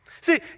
See